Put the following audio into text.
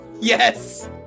yes